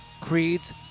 creeds